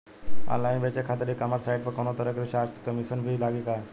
Online बेचे खातिर e commerce site पर कौनोतरह के चार्ज चाहे कमीशन भी लागी?